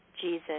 Jesus